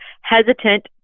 hesitant